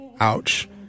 Ouch